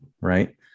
right